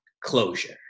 closure